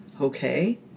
Okay